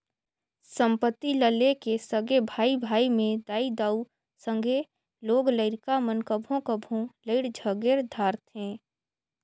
संपत्ति ल लेके सगे भाई भाई में दाई दाऊ, संघे लोग लरिका मन कभों कभों लइड़ झगेर धारथें